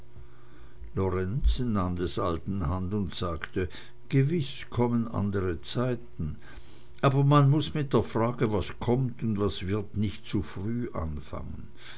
nahm des alten hand und sagte gewiß kommen andre zeiten aber man muß mit der frage was kommt und was wird nicht zu früh anfangen